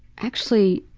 actually.